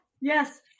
Yes